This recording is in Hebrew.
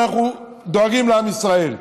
אבל אנחנו דואגים לעם ישראל.